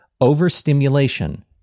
overstimulation